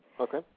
Okay